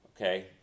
Okay